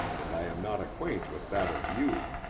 and i am not acquaint with that of you.